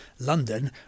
London